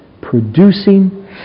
producing